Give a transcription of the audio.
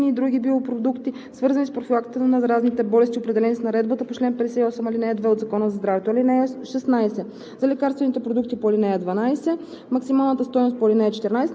ваксини по специални показания и при извънредни обстоятелства, специфични серуми, имуноглобулини и други биопродукти, свързани с профилактиката на заразните болести, определени с наредбата по чл. 58, ал. 2 от Закона за здравето. (16)